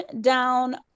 down